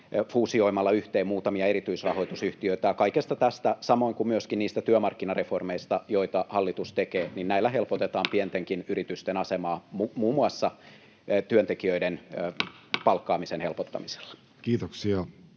fuusioimalla yhteen muutamia erityisrahoitusyhtiöitä. Kaikella tällä samoin kuin myöskin niillä työmarkkinareformeilla, joita hallitus tekee, helpotetaan pientenkin yritysten asemaa muun muassa työntekijöiden palkkaamisen helpottamisella. [Speech